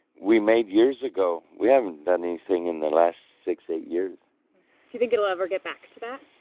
we made years ago. we haven't done anything in the last six, eight years. do you think it'll ever get back to that?